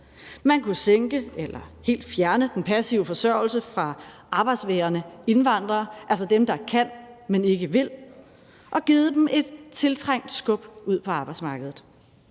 Man kunne sænke eller helt fjerne den passive forsørgelse fra arbejdsvægrende indvandrere – altså dem, der kan, men ikke vil – og have givet dem et tiltrængt skub ud på arbejdsmarkedet.